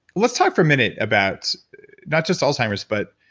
let's talk for a minute about not just alzheimer's, but